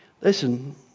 Listen